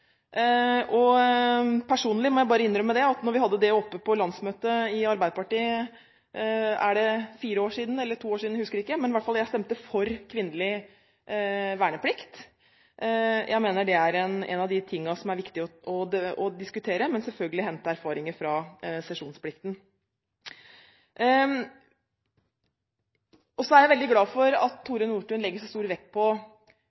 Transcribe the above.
Arbeiderpartiet for fire år siden – eller er det to år siden, jeg husker ikke – stemte jeg for kvinnelig verneplikt. Jeg mener at det er en av de tingene som det er viktig å diskutere, men at vi selvfølgelig skal hente erfaringer fra sesjonsplikten. Jeg er veldig glad for at Tore Nordtun legger så stor vekt på